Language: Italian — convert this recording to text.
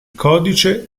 codice